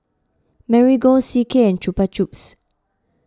Marigold C K and Chupa Chups